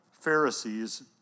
Pharisees